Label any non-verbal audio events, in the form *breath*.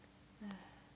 *breath*